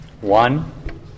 One